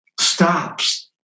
stops